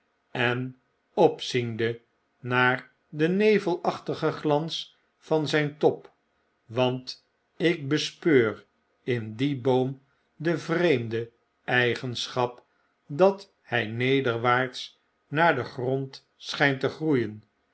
en opziende naar de nevelachtige glans van zijn top want ik bespeur in dien boom de vreemde eigenschap dat hij nederwaarts naar den grond schgnt te groeien